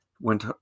went